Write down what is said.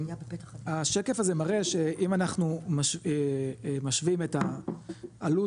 השקף הזה מראה שאם אנחנו משווים את עלות